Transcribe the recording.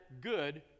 good